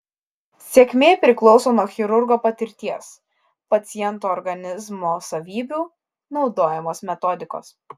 sėkmė priklauso nuo chirurgo patirties paciento organizmo savybių naudojamos metodikos